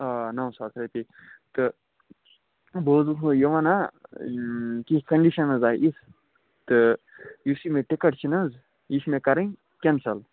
آ نَو ساس روپیہِ تہٕ بہٕ حظ اوٚسوٕ یہِ وَنان کیٚنٛہہ کَنٛڈِشَن حظ آیہِ یِژھ تہٕ یُس یہِ مےٚ ٹِکَٹ چھِنہٕ حظ یہِ چھِ مےٚ کَرٕنۍ کٮ۪نسَل